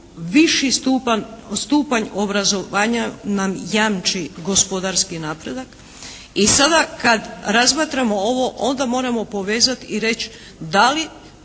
viši stupanj obrazovanja nam jamči gospodarski napredak. I sada kad razmatramo ovo, onda moramo povezat i reći da li